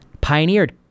pioneered